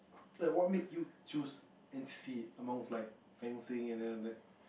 like what make you choose N_C_C amongst like fencing and then other that